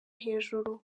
hejuru